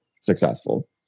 successful